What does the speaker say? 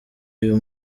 uyu